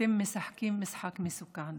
אתם משחקים משחק מסוכן,